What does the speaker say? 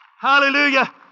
Hallelujah